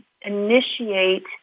initiate